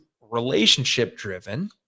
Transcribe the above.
relationship-driven